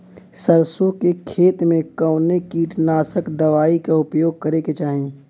सरसों के खेत में कवने कीटनाशक दवाई क उपयोग करे के चाही?